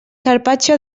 carpaccio